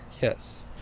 Yes